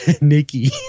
Nikki